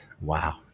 wow